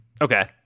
Okay